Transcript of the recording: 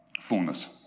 fullness